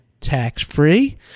tax-free